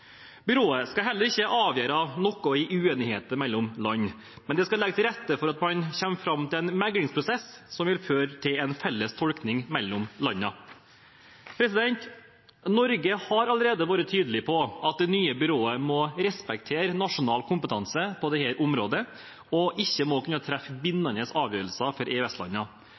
Byrået skal heller ikke avgjøre noe i uenigheter mellom land, men det skal legge til rette for at man kommer fram til en meglingsprosess som vil føre til en felles tolkning mellom landene. Norge har allerede vært tydelig på at det nye byrået må respektere nasjonal kompetanse på dette området, og at det ikke må kunne treffe bindende avgjørelser for